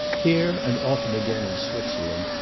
here, and often again in switzerland,